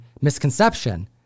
misconception